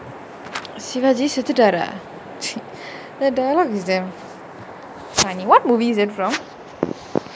sivaaji செத்துட்டாரா:sethutaaraa the dialogue is damn funny what movie is it from